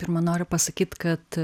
pirma noriu pasakyt kad